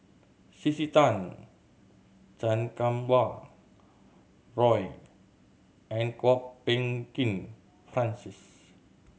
C C Tan Chan Kum Wah Roy and Kwok Peng Kin Francis